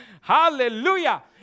Hallelujah